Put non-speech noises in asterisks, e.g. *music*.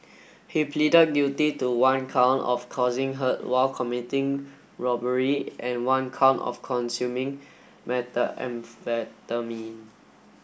he pleaded guilty to one count of causing hurt while committing robbery and one count of consuming *unintelligible*